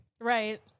Right